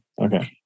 Okay